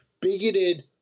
bigoted